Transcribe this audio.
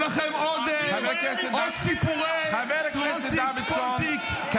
חבר הכנסת דוידסון, אתה לא שומע אותי.